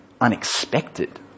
unexpected